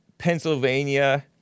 Pennsylvania